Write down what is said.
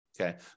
Okay